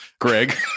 Greg